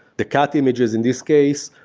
the cat images in this case,